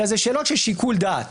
אלא זה שאלות של שיקול דעת.